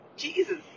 Jesus